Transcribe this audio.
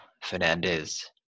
Fernandez